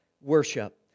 worship